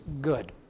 good